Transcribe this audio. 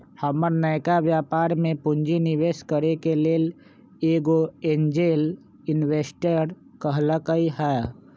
हमर नयका व्यापर में पूंजी निवेश करेके लेल एगो एंजेल इंवेस्टर कहलकै ह